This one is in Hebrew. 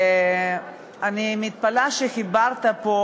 אני מתפלאת שחיברת פה,